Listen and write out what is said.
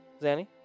Zanny